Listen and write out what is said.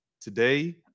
today